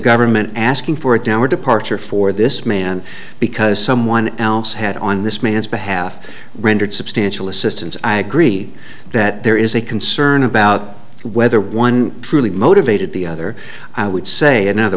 government asking for a downward departure for this man because someone else had on this man's behalf rendered substantial assistance i agree that there is a concern about whether one truly motivated the other i would say in other